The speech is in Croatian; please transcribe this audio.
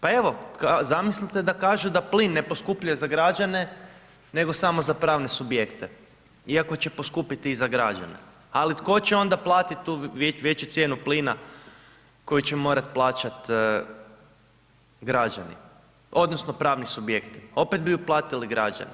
Pa evo, zamislite da kažu da plin ne poskupljuje za građane nego samo za pravne subjekte iako će poskupiti i za građane, ali tko će onda platiti tu veću cijenu plina koju će morati plaćati građani, odnosno pravni subjekti, opet bi ju platili građani.